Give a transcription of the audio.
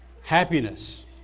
happiness